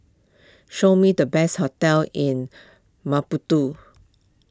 show me the best hotels in Maputo